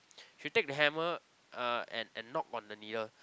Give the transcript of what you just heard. she take the hammer and knock on the needle